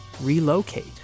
Relocate